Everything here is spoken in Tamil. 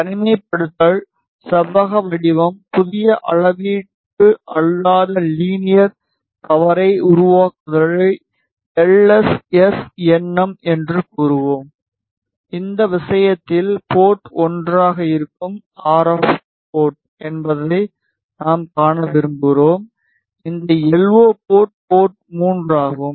தனிமைப்படுத்தல் செவ்வக வடிவம் புதிய அளவீட்டு அல்லாத லீனியர் பவரை உருவாக்குதலை எல் எஸ் எஸ்என்எம் என்று கூறுவோம் இந்த விஷயத்தில் போர்ட் 1 ஆக இருக்கும் ஆர் எப் போர்ட் என்பதை நாம் காண விரும்புகிறோம் இந்த எல்ஓ போர்ட் போர்ட் 3 ஆகும்